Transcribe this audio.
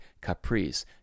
Caprice